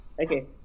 Okay